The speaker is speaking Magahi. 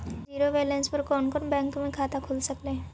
जिरो बैलेंस पर कोन कोन बैंक में खाता खुल सकले हे?